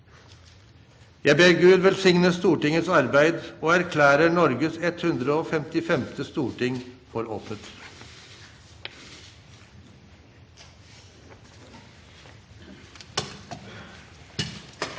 Jeg ber Gud velsigne Stortingets arbeid, og erklærer Norges 155. storting for åpnet.